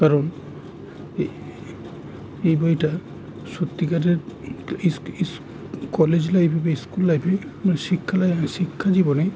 কারণ এই এই বইটা সত্যিকারের কলেজ লাইফে বা স্কুল লাইফে শিক্ষা শিক্ষা জীবনে